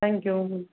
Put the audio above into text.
thank you ma'am